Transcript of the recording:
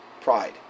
Pride